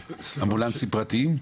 אמבולנסים פרטיים?